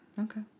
Okay